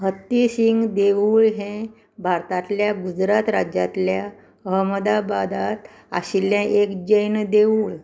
हत्ती सिंग देवूळ हें भारतांतल्या गुजरात राज्यांतल्या अहमदाबादांत आशिल्लें एक जैन देवूळ